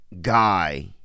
guy